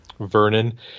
Vernon